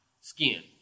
skin